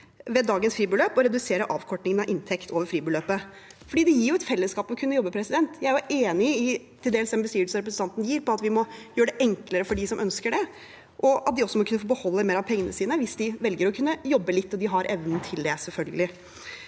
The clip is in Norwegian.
med dagens fribeløp, og vi reduserer avkortingen av inntekt over fribeløpet, for det gir et fellesskap å kunne jobbe. Jeg er til dels enig i den beskrivelsen representanten gir, at vi må gjøre det enklere for dem som ønsker det, og at de også må kunne få beholde mer av pengene sine hvis de velger å jobbe litt og har evne til det, selvfølgelig.